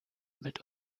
mit